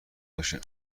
باشه